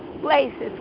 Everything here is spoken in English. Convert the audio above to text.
places